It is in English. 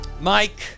Mike